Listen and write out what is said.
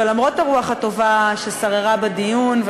ולמרות הרוח הטובה ששררה בדיון,